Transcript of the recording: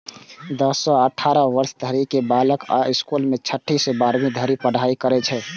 दस सं अठारह वर्ष धरि के बालिका अय स्कूल मे छठी सं बारहवीं धरि पढ़ाइ कैर सकै छै